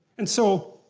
and so,